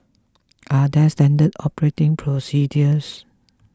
are there standard operating procedures